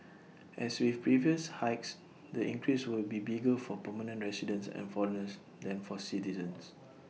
as with previous hikes the increase will be bigger for permanent residents and foreigners than for citizens